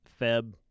Feb